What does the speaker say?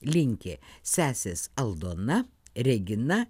linki sesės aldona regina